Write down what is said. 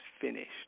finished